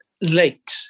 late